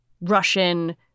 Russian